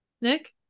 Nick